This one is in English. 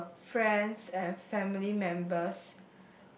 uh friends and family members